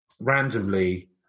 randomly